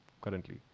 currently